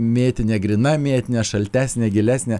mėtinė gryna mėtinė šaltesnė gilesnė